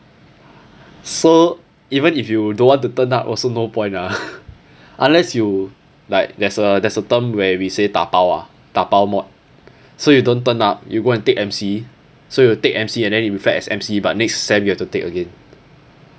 so even if you don't want to turn up also no point lah unless you like there's a there's a term where we say 打包 ah 打包 mod so you don't turn up you go and take M_C so you take M_C and then you reflect as M_C but next sem you have to take again